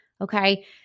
okay